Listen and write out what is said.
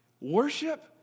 worship